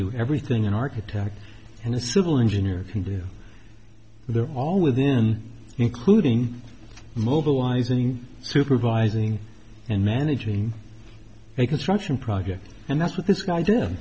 do everything an architect and a civil engineer can do they're all within including mobilizing supervising and managing a construction project and that's what this guy d